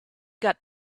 got